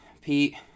Pete